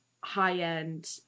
high-end